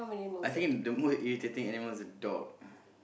I think the most irritating animal is a dog